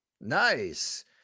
Nice